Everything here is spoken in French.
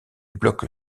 bloc